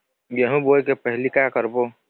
गेहूं बोए के पहेली का का करबो?